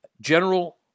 General